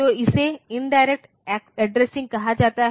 तो इसे indirect addressing कहा जाता है